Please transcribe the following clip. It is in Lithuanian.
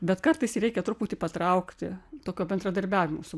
bet kartais reikia truputį patraukti tokio bendradarbiavimo su